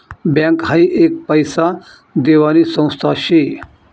bank हाई एक पैसा देवानी संस्था शे